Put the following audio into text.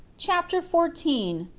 chapter fourteen.